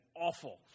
Awful